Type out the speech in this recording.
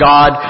God